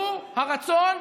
שהוא הרצון,